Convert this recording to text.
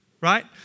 Right